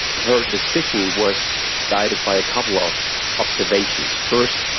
her decision was guided by a couple of observations. first,